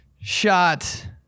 shot